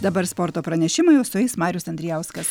dabar sporto pranešimai o su jais marijus andrijauskas